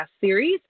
series